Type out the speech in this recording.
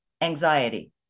anxiety